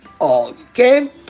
okay